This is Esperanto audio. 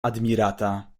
admirata